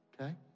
Okay